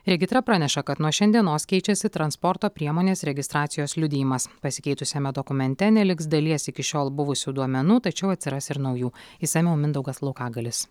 regitra praneša kad nuo šiandienos keičiasi transporto priemonės registracijos liudijimas pasikeitusiame dokumente neliks dalies iki šiol buvusių duomenų tačiau atsiras ir naujų išsamiau mindaugas laukagalis